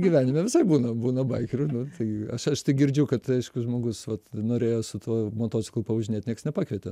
gyvenime visaip būna būna baikerių nu tai aš tai girdžiu kad aišku žmogus vat norėjo su tuo motociklu pavažinėt nieks nepakvietė